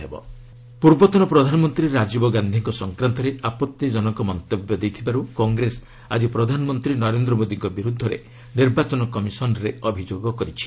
Congress ECI PM ପୂର୍ବତନ ପ୍ରଧାନମନ୍ତ୍ରୀ ରାଜୀବ ଗାନ୍ଧିଙ୍କ ସଂକ୍ରାନ୍ତରେ ଆପତ୍ତିଜନକ ମନ୍ତବ୍ୟ ଦେଇଥିବାରୁ କଂଗ୍ରେସ ଆକି ପ୍ରଧାନମନ୍ତ୍ରୀ ନରେନ୍ଦ୍ର ମୋଦିଙ୍କ ବିରୁଦ୍ଧରେ ନିର୍ବାଚନ କମିଶନ୍ରେ ଅଭିଯୋଗ କରିଛି